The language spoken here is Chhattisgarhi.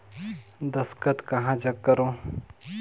दस्खत कहा जग करो?